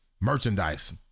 merchandise